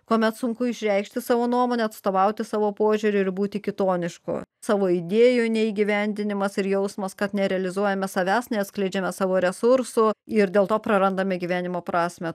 kuomet sunku išreikšti savo nuomonę atstovauti savo požiūrį ir būti kitonišku savo idėjų neįgyvendinimas ir jausmas kad nerealizuojame savęs neatskleidžiame savo resursų ir dėl to prarandame gyvenimo prasmę